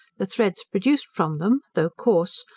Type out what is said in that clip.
the threads produced from them, though coarse,